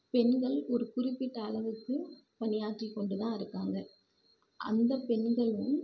பெண்கள் ஒரு குறிப்பிட்ட அளவுக்கு பணியாற்றிக் கொண்டு தான் இருக்காங்க அந்தப் பெண்களும்